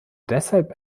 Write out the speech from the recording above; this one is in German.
deshalb